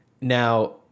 now